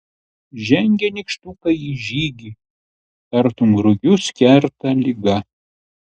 žengia nykštukai į žygį tartum rugius kerta ligą